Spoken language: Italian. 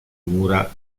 mura